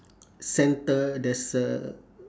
centre there's a